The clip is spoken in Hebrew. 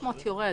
ה-300 יורד.